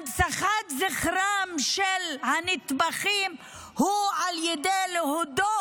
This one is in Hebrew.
הנצחת זכרם של הנטבחים היא על ידי הודאה